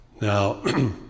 Now